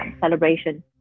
celebration